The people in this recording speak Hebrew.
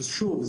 שוב,